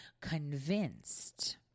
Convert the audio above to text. convinced